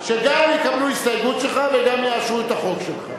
שגם יקבלו הסתייגות שלך וגם יאשרו את החוק שלך.